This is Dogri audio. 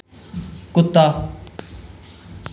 कुत्ता